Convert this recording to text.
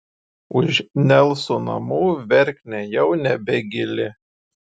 už nelsų namų verknė jau nebegili